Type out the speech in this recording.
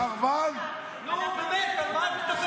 נו, באמת, על מה את מדברת?